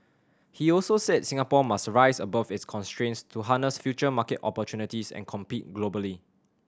he also said Singapore must rise above its constraints to harness future market opportunities and compete globally